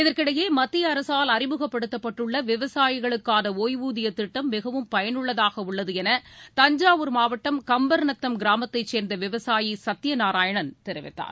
இதற்கிடையே மத்திய அரசால் அறிமுகப்படுத்தப்பட்டுள்ள விவசாயிகளுக்கான ஒய்வூதிய திட்டம் மிகவும் பயனுள்ளதாக உள்ளது என தஞ்சாவூர் மாவட்டம் கம்பர்நத்தம் கிராமத்தைச் சேர்ந்த விவசாயி சத்தியநாராயணன் தெரிவித்தார்